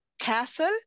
castle